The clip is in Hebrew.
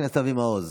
חבר הכנסת אבי מעוז